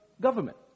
government